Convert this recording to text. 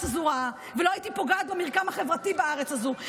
הזאת רעה ולא הייתי פוגעת במרקם החברתי בארץ הזאת,